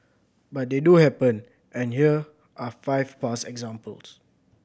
but they do happen and here are five past examples